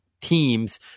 teams